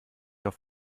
auf